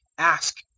ask,